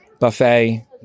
Buffet